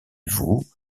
vous